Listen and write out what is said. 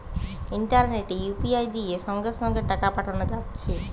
ইন্টারনেটে ইউ.পি.আই দিয়ে সঙ্গে সঙ্গে টাকা পাঠানা যাচ্ছে